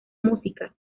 música